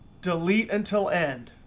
delete until end.